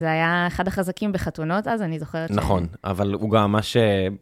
זה היה אחד החזקים בחתונות אז, אני זוכרת ש... נכון, אבל הוא גם ממש...